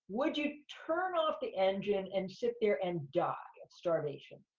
would you turn off the engine and sit there and die of starvation?